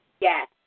Yes